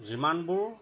যিমানবোৰ